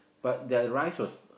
but their rice was